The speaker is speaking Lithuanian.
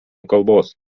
kalbos